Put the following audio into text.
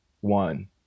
One